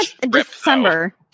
December